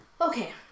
Okay